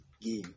game